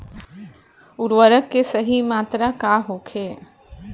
उर्वरक के सही मात्रा का होखे?